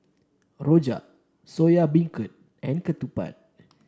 Rojak Soya Beancurd and Ketupat